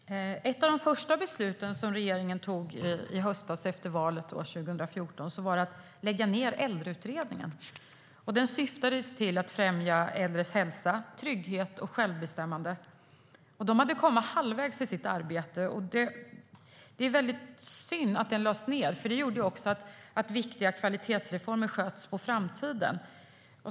Fru talman! Ett av de första besluten regeringen tog i höstas, alltså efter valet 2014, var att lägga ned Äldreutredningen. Den syftade till att främja äldres hälsa, trygghet och självbestämmande, och man hade kommit halvvägs i sitt arbete. Det är väldigt synd att den lades ned, för det gjorde att viktiga kvalitetsreformer sköts på framtiden.